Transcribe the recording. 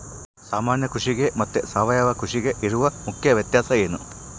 ಸಾಮಾನ್ಯ ಕೃಷಿಗೆ ಮತ್ತೆ ಸಾವಯವ ಕೃಷಿಗೆ ಇರುವ ಮುಖ್ಯ ವ್ಯತ್ಯಾಸ ಏನು?